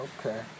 Okay